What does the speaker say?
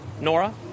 Nora